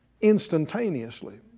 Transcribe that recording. instantaneously